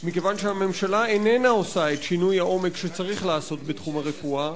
מכיוון שהממשלה איננה עושה את שינוי העומק שצריך לעשות בתחום הרפואה,